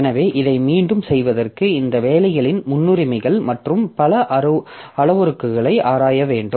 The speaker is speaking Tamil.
எனவே இதை மீண்டும் செய்வதற்கு இந்த வேலைகளின் முன்னுரிமைகள் மற்றும் பல அளவுருக்களை ஆராய வேண்டும்